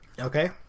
Okay